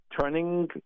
turning